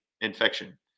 infection